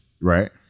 Right